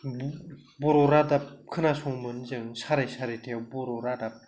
बर' रादाब खोनासङोमोन जों साराय सारिथायाव बर' रादाब